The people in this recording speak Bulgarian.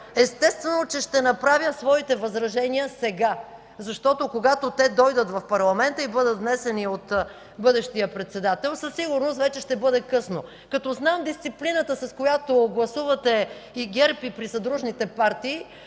Естествено, че ще направя своите възражения сега, защото когато те дойдат в парламента и бъдат внесени от бъдещия председател, със сигурност вече ще бъде късно. Като знам дисциплината, с която гласувате и ГЕРБ, и присъдружните партии,